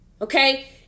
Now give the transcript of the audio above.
okay